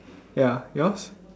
ya yours